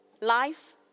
life